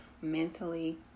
mentally